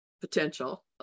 potential